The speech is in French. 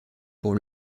pour